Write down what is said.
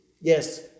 Yes